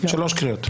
שלוש קריאות.